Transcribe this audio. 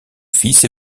fils